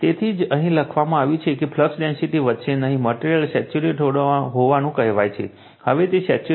તેથી જ અહીં લખવામાં આવ્યું છે કે તે પછી ફ્લક્સ ડેન્સિટી વધશે નહીં મટેરિયલ સેચ્યુરેટેડ હોવાનું કહેવાય છે હવે તે સેચ્યુરેટેડ છે